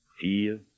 fear